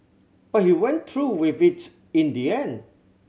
but he went through with it in the end